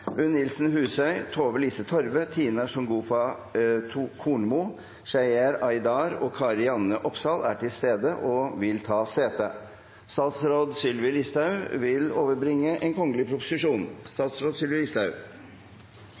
Nilsen Husøy, Tove Lise Torve, Tina Shagufta Kornmo, Seher Aydar og Kari-Anne Opsahl er til stede og vil ta sete. Representanten Hans Fredrik Grøvan vil